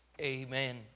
Amen